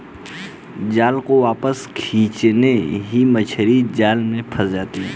जाल को वापस खींचते ही मछली जाल में फंस जाती है